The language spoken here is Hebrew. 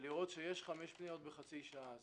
ולראות שיש חמש פניות בחצי שעה.